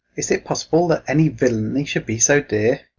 is it possible that any villany should be so dear?